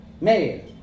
Male